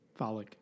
Folic